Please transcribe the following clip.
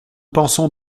pensons